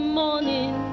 morning